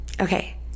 okay